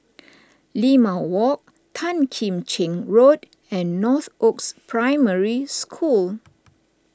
Limau Walk Tan Kim Cheng Road and Northoaks Primary School